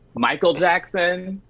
michael jackson.